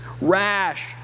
rash